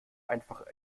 einfach